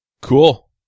cool